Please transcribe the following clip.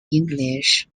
english